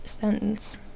sentence